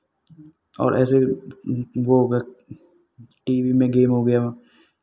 और ऐसे वो अगर टी वी में गेम हो गया